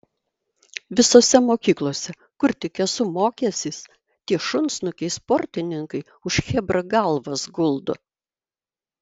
visose mokyklose kur tik esu mokęsis tie šunsnukiai sportininkai už chebrą galvas guldo